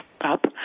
up